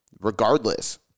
Regardless –